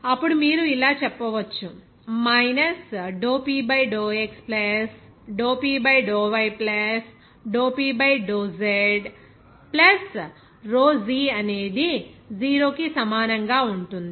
అప్పుడు మీరు ఇలా చెప్పవచ్చు Px Py Pz ρg అనేది 0 కి సమానంగా ఉంటుంది